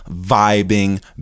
vibing